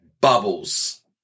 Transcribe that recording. Bubbles